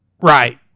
Right